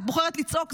את בוחרת לצעוק.